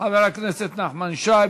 חבר הכנסת נחמן שי.